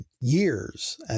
years